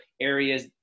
areas